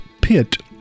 pit